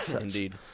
Indeed